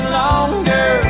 longer